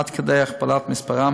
עד כדי הכפלת מספרם,